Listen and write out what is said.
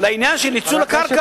לעניין של ניצול קרקע.